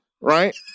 right